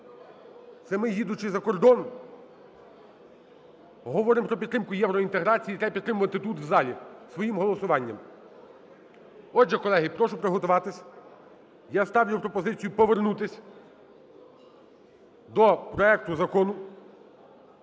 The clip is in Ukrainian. Це ми, їдучи за кордон, говоримо про підтримку євроінтеграції, треба підтримувати тут в залі своїм голосуванням. Отже, колеги, прошу приготуватися. Я ставлю пропозицію повернутися до проекту Закону